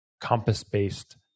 compass-based